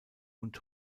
und